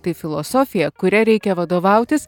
tai filosofija kuria reikia vadovautis